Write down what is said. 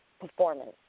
performance